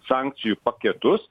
sankcijų paketus